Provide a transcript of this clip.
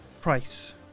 Price